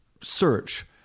search